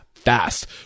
fast